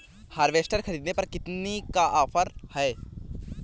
Harvester ख़रीदने पर कितनी का ऑफर है?